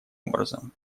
образом